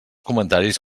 comentaris